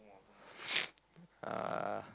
uh